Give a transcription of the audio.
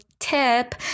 tip